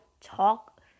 talk